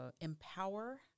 empower